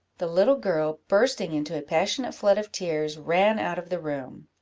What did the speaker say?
the little girl, bursting into a passionate flood of tears, ran out of the room.